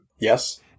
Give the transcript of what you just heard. Yes